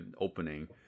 opening